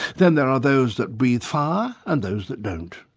then there are those that breathe fire and those that don't.